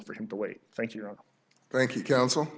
for him to wait thank you thank you counsel